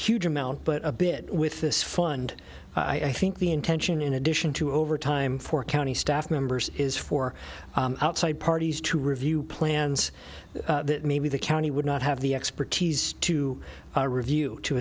huge amount but a bit with this fund i think the intention in addition to overtime for county staff members is for outside parties to review plans that maybe the county would not have the expertise to review to